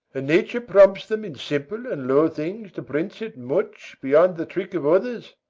and nature prompts them in simple and low things to prince it much beyond the trick of others.